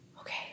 okay